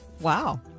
Wow